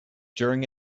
during